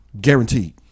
guaranteed